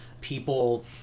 people